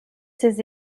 ses